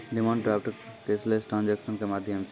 demand draft cashless transaction के माध्यम छै